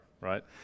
right